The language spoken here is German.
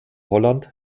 holland